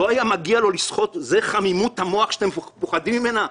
לא היה מגיע לו, זו חמימות המוח שאתם פוחדים ממנה?